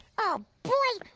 oh boy.